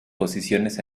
posiciones